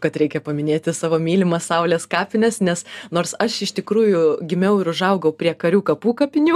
kad reikia paminėti savo mylimas saulės kapines nes nors aš iš tikrųjų gimiau ir užaugau prie karių kapų kapinių